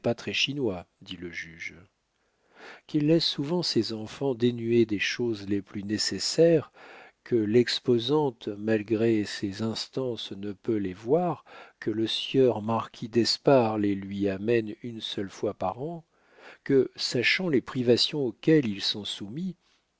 dit le juge qu'il laisse souvent ses enfants dénués des choses les plus nécessaires que l'exposante malgré ses instances ne peut les voir que le sieur marquis d'espard les lui amène une seule fois par an que sachant les privations auxquelles ils sont soumis